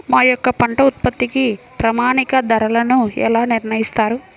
మా యొక్క పంట ఉత్పత్తికి ప్రామాణిక ధరలను ఎలా నిర్ణయిస్తారు?